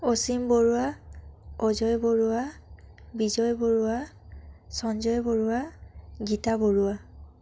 Asim Barua Ajay Barua Bijay Barua Sanjay Barua Gita Barua